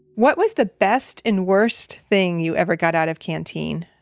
what was the best and worst thing you ever got out of canteen?